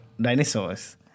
dinosaurs